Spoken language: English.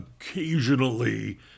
occasionally